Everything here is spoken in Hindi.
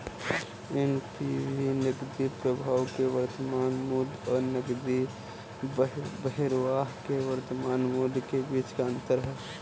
एन.पी.वी नकदी प्रवाह के वर्तमान मूल्य और नकदी बहिर्वाह के वर्तमान मूल्य के बीच का अंतर है